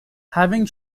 having